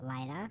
later